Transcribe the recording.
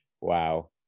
Wow